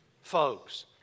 Folks